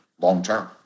long-term